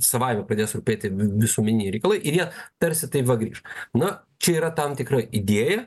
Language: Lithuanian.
savaime pradės rūpėti visuomeniniai reikalai ir jie tarsi tai va grįš na čia yra tam tikra idėja